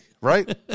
right